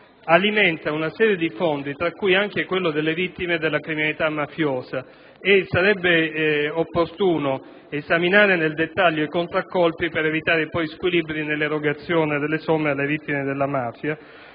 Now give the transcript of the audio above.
alimenta una serie di fondi, tra cui anche quello delle vittime della criminalità mafiosa. Sarebbe opportuno esaminare nel dettaglio i contraccolpi per evitare poi squilibri nell'erogazione delle somme alle vittime della mafia;